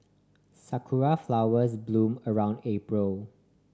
sakura flowers bloom around April